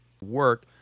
work